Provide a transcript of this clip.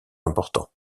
important